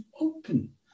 open